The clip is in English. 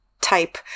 type